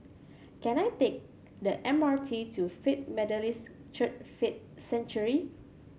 can I take the M R T to Faith Methodist Church Faith Sanctuary